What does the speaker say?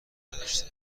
نداشته